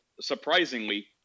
surprisingly